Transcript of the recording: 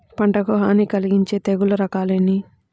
పంటకు హాని కలిగించే తెగుళ్ల రకాలు ఎన్ని?